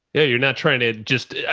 yeah you're not trying to just,